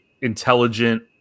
intelligent